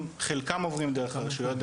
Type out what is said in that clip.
חלקם עוברים דרך הרשויות,